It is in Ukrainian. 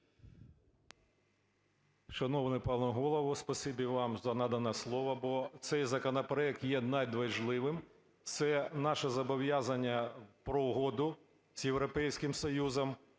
Шановний пане Голово, спасибі вам за надане слово. Бо цей законопроект є надважливим, це наше зобов'язання про Угоду з Європейським Союзом.